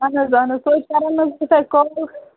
اَہَن حظ اَہَن حظ توتہِ کَرَو نہٕ حظ بہٕ تۄہہِ کال